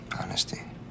Honesty